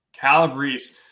Calabrese